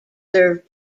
serve